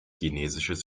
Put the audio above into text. chinesisches